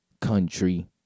country